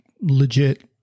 legit